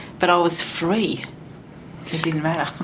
but i was free. it didn't matter.